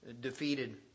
defeated